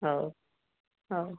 ହଉ ହଉ